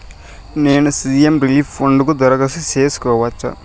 నేను CM relief fund కు దరఖాస్తు సేసుకోవచ్చా?